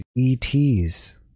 ETs